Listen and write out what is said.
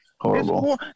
Horrible